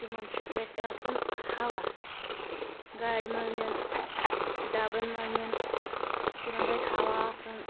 تِمن چھُ گژھہِ آسُن ہوا گاڑِ منٛز نِن ڈبن منٛز نِن تِمن گژھہِ ہوا آسُن